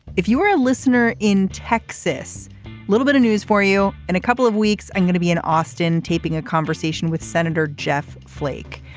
if you were a listener in texas a little bit of news for you and a couple of weeks i'm going to be in austin taping a conversation with senator jeff flake.